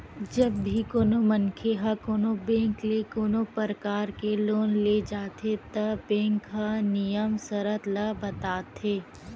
जब भी कोनो मनखे ह कोनो बेंक ले कोनो परकार के लोन ले जाथे त बेंक ह नियम सरत ल बताथे